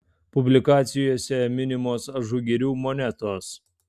publikacijose minimos ažugirių monetos